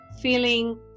feeling